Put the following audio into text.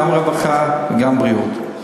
גם רווחה וגם בריאות.